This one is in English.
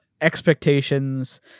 expectations